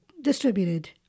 distributed